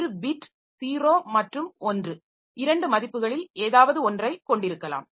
ஒரு பிட் 0 மற்றும் 1 இரண்டு மதிப்புகளில் ஏதாவது ஒன்றைக் கொண்டிருக்கலாம்